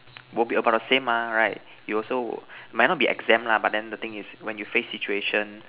will be about the same mah right you also will might not be exam lah but then the thing is when you face situation